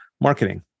Marketing